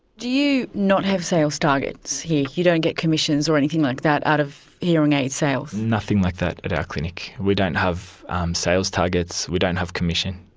do you not have sales targets? you don't get commissions or anything like that out of hearing aid sales? nothing like that at our clinic. we don't have sales targets. we don't have commission.